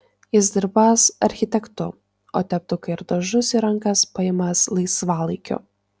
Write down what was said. jis dirbąs architektu o teptuką ir dažus į rankas paimąs laisvalaikiu